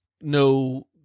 no